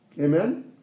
Amen